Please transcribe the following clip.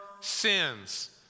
sins